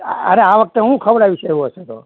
અરે આ વખતે હું ખવડાવીશ એવું હશે તો